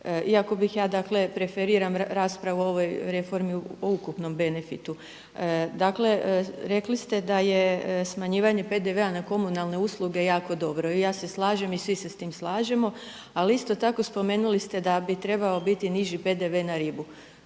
iako bih ja dakle preferiram raspravu o ovoj reformi o ukupnom benefitu. Dakle rekli ste da je smanjivanje PDV-a na komunalne usluge jako dobro. I ja se slažem i svi se s tim slažemo, ali isto tako spomenuli ste da bi trebao biti niži PDV na ribu.